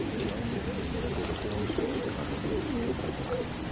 tiomkin came in and did a film score at carnegie with something like